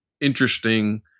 interesting